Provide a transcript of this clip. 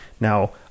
Now